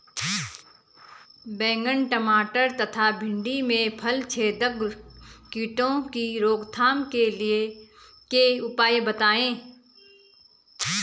बैंगन टमाटर तथा भिन्डी में फलछेदक कीटों की रोकथाम के उपाय बताइए?